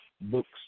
books